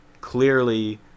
clearly